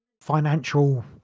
financial